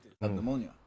Pneumonia